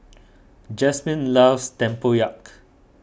Jasmine loves Tempoyak